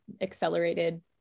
accelerated